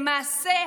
למעשה,